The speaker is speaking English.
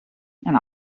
and